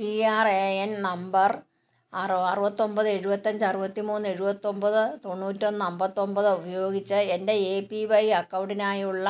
P R A N number അർ അറുപത്തൊമ്പത് എഴുപത്തഞ്ച് അറുപത്തി മൂന്ന് എഴുപത്തൊമ്പത് തൊണ്ണൂറ്റൊന്ന് അമ്പത്തൊമ്പത് ഉപയോഗിച്ച് എൻ്റെ എ പി വൈ അക്കൗണ്ടിനായുള്ള